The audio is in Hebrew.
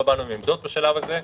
לא באנו מעמדות בשלב הזה.